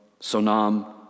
Sonam